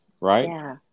right